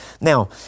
Now